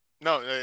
No